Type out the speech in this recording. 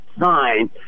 sign